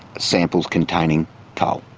samples containing coal.